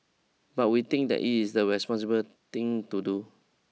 but we think that it is the responsible thing to do